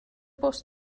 bws